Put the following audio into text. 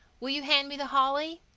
will you hand me the holly?